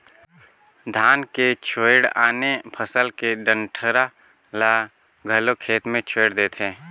धान के छोयड़ आने फसल के डंठरा ल घलो खेत मे छोयड़ देथे